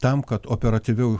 tam kad operatyviau